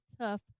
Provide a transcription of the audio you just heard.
Tough